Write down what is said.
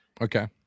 Okay